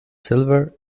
silver